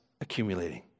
accumulating